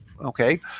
Okay